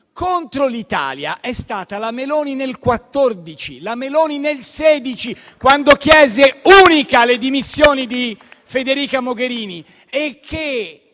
Contro l'Italia è stata la Meloni nel 2014 e nel 2016, quando chiese - unica - le dimissioni di Federica Mogherini, la